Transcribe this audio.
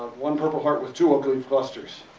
one purple heart with two oak leaf clusters.